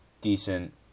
decent